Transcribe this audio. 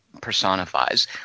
personifies